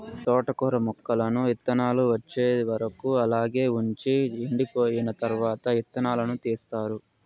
తోటకూర మొక్కలను ఇత్తానాలు వచ్చే వరకు అలాగే వుంచి ఎండిపోయిన తరవాత ఇత్తనాలను తీస్తారు